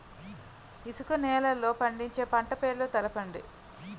ఇసుక నేలల్లో పండించే పంట పేర్లు తెలపండి?